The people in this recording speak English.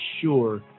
sure